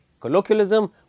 colloquialism